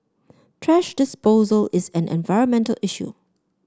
thrash disposal is an environmental issue